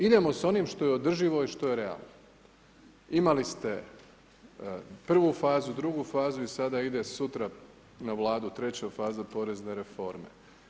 Idemo sa onim što je održivo i što je realno, imali ste prvu fazu, drugu fazu i sada ide sutra na Vladu treća faza porezne reforme.